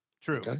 True